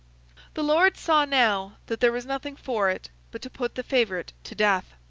the lords saw, now, that there was nothing for it but to put the favourite to death.